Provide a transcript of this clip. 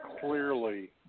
clearly